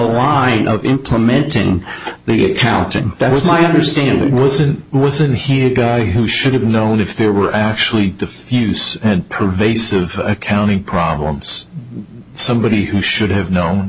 up implementing the accounting that's my understanding it wasn't wasn't he a guy who should have known if there were actually diffuse and pervasive accounting problems somebody who should have known